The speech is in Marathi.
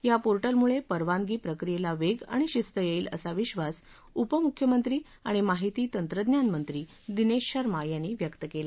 या पोर्टलमुळे परवानगी प्रक्रियेला वेग आणि शिस्त येईल असा विबास उपमुख्यमंत्री आणि माहिती तंत्रज्ञान मंत्री दिनेश शर्मा यांनी काल व्यक्त केला